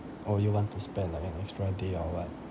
or you want to spend like an extra day or what